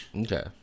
Okay